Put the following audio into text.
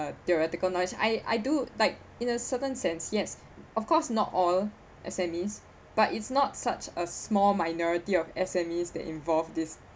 uh theoretical knowledge I I do like in a certain sense yes of course not all S_M_Es but it's not such a small minority of S_M_Es that involve this